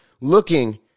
looking